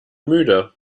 müde